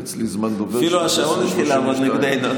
אפילו השעון התחיל לעבוד נגדנו,